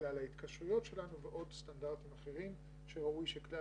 כלל ההתקשרויות שלנו ועוד סטנדרטים אחרים שראוי שכלל